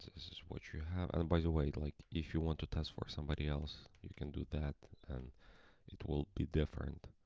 this is what you have. and by the way, like if you want to test for somebody else you can do that, and it will be different